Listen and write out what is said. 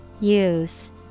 Use